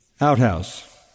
outhouse